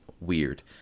weird